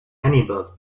animals